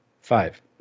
Five